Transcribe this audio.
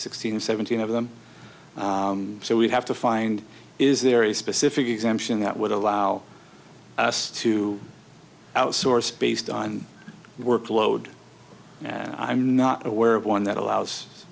sixteen seventeen of them so we have to find is there a specific exemption that would allow us to outsource based on workload i'm not aware of one that allows